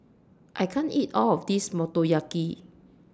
I can't eat All of This Motoyaki